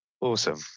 Awesome